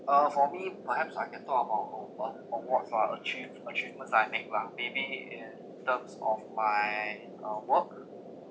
uh for me perhaps I can talk about awar~ awards lah achieve achievements I've make lah maybe in terms of my uh work